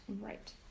Right